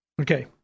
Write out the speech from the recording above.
Okay